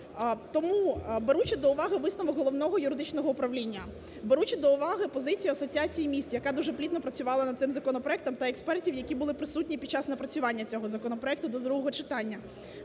Тому, беручи до уваги висновок Головного юридичного управління, беручи до увагу позицію Асоціації-міст, яка дуже плідно працювала над цим законопроектом та експертів, які були присутні під час напрацювання цього законопроекту до другого читання,